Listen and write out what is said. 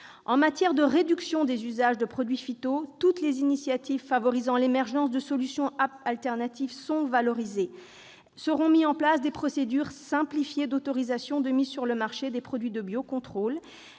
En matière de réduction des usages des produits phytopharmaceutiques, toutes les initiatives favorisant l'émergence de solutions de remplacement sont valorisées. Seront mises en place des procédures simplifiées d'autorisation de mise sur le marché des produits de biocontrôle,